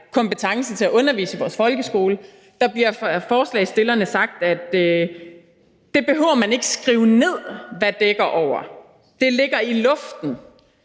kompetence til at undervise i vores folkeskole; der bliver af forslagsstillerne sagt, at det behøver man ikke skrive ned hvad dækker over, det ligger i luften.